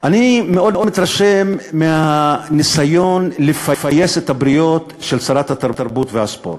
אני מאוד מאוד מתרשם מהניסיון לפייס את הבריות של שרת התרבות והספורט.